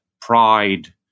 Pride